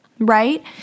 right